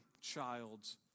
child's